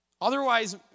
Otherwise